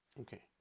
Okay